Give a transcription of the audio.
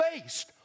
based